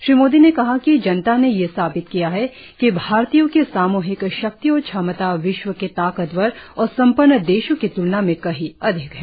श्री मोदी ने कहा कि जनता ने यह साबित किया है कि भारतीयों की सामूहिक शक्ति और क्षमता विश्व के ताकतवर और सम्पन्न देशों की त्लना में कहीं अधिक है